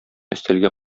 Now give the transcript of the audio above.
өстәлгә